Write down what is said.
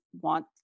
want